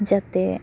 ᱡᱟᱛᱮ